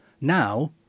now